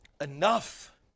Enough